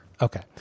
Okay